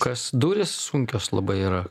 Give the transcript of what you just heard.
kas durys sunkios labai yra